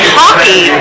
hockey